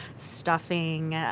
stuffing,